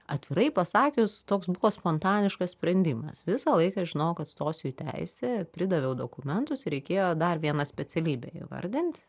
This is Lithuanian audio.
atvirai pasakius toks buvo spontaniškas sprendimas visą laiką žinojau kad stosiu į teisę pridaviau dokumentus reikėjo dar vieną specialybę įvardint